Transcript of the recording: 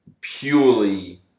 purely